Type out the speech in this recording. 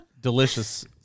delicious